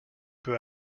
peu